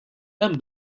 hemm